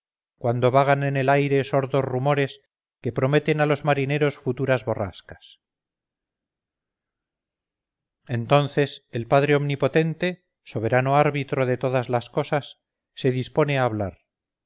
cuando vagan en el aire sordos rumores que prometen a los marineros futuras borrascas entonces el padre omnipotente soberano árbitro de todas las cosas se dispone a hablar